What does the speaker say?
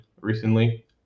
recently